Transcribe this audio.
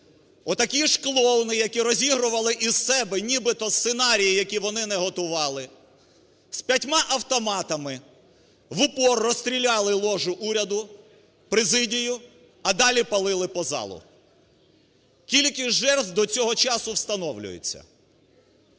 отакі ж клоуни, які розігрували із себе нібито сценарії, які вони не готували, з п'ятьма автоматами в упор розстріляли ложу уряду, президію, а далі палили по залу. Кількість жертв до цього часу встановлюється.